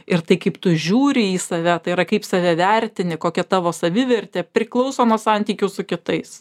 ir tai kaip tu žiūri į save tai yra kaip save vertini kokia tavo savivertė priklauso nuo santykių su kitais